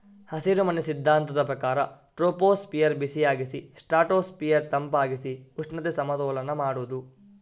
ಹಸಿರುಮನೆ ಸಿದ್ಧಾಂತದ ಪ್ರಕಾರ ಟ್ರೋಪೋಸ್ಫಿಯರ್ ಬಿಸಿಯಾಗಿಸಿ ಸ್ಟ್ರಾಟೋಸ್ಫಿಯರ್ ತಂಪಾಗಿಸಿ ಉಷ್ಣತೆ ಸಮತೋಲನ ಮಾಡುದು